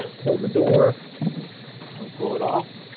pull the door and pull it off,